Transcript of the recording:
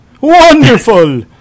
Wonderful